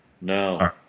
No